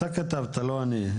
אתה כתבת ככה לא אני,